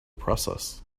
process